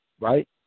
right